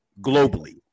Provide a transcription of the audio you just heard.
globally